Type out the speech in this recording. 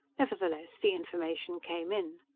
nevertheless, the information came in.